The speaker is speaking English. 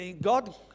God